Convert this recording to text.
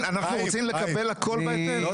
כן, אנחנו רוצים לקבל הכל בהיתר.